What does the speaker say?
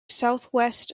southwest